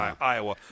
Iowa